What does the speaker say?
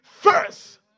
first